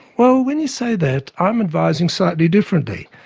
well when you say that, i'm advising slightly differently.